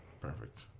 Perfect